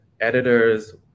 editors